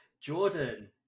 Jordan